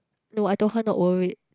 no I told her not worth it